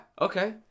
okay